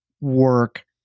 work